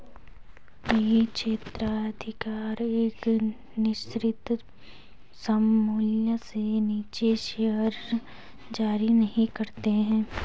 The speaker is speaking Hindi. कई क्षेत्राधिकार एक निश्चित सममूल्य से नीचे शेयर जारी नहीं करते हैं